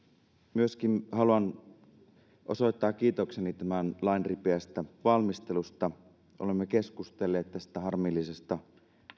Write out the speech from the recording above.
myöskin haluan osoittaa kiitokseni tämän lain ripeästä valmistelusta olemme keskustelleet tästä harmillisesta